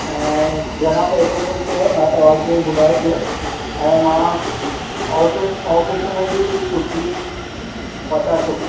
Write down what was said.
ऐं घणा पैसो तो चए मां तव्हांखे ॿुधाए थो ऐं मां ऑफिस ऑफिस में बि छुटी वठां थो